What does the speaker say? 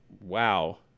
wow